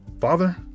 Father